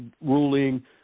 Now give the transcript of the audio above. ruling